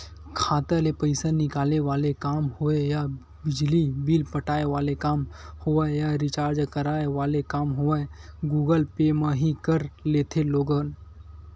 खाता ले पइसा निकाले वाले काम होय या बिजली बिल पटाय वाले काम होवय या रिचार्ज कराय वाले काम होवय गुगल पे म ही कर लेथे लोगन